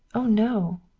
oh, no!